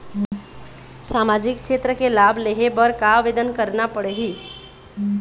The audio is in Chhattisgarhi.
सामाजिक क्षेत्र के लाभ लेहे बर का आवेदन करना पड़ही?